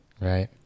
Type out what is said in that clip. right